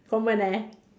common eh